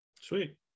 sweet